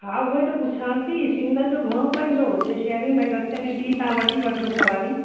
हा उहेई त पुछां थी सिंगल जो घणो पवंदो जे शेयरिंग बई रस्ते में बि तव्हां वठी वठिजो सवारी